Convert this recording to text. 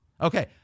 Okay